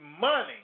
money